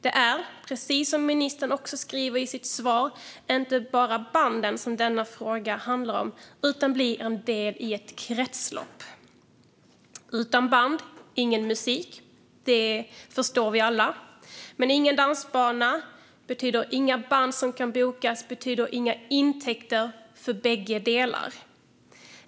Det är, precis som ministern också skriver i sitt svar, inte bara banden som denna fråga handlar om, utan de blir en del i ett kretslopp. Utan band, ingen musik. Den biten förstår vi alla. Men utan dansbana kan inga band bokas, och då blir det inte några intäkter för någon.